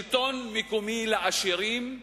שלטון מקומי לעשירים,